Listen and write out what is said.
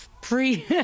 pre